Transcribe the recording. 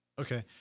Okay